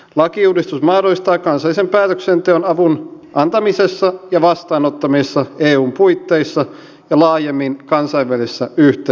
lakiuudistus mahdollistaa kansallisen päätöksenteon avun antamisessa ja vastaanottamisessa eun puitteissa ja laajemmin kansainvälisessä yhteistyössä